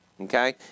Okay